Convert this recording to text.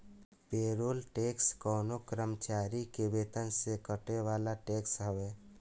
payroll tax कवनो कर्मचारी के वेतन से कटे वाला टैक्स हवे